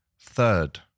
third